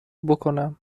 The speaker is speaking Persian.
بکنم